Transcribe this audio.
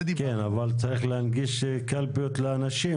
כן, אבל להנגיש קלפיות לאנשים